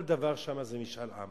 כל דבר שם זה משאל עם.